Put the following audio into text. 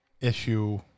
issue